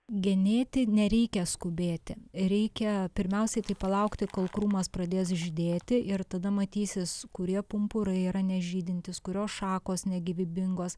genėti nereikia skubėti reikia pirmiausiai tai palaukti kol krūmas pradės žydėti ir tada matysis kurie pumpurai yra nežydintys kurios šakos negyvybingos